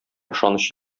ышаныч